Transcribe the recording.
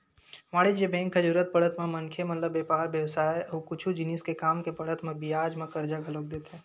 वाणिज्य बेंक ह जरुरत पड़त म मनखे मन ल बेपार बेवसाय अउ कुछु जिनिस के काम के पड़त म बियाज म करजा घलोक देथे